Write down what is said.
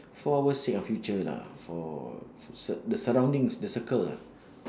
for our sake or future lah for for s~ the surroundings the circle lah